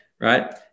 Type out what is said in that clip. right